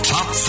Top